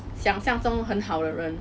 想象中很好的人